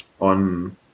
on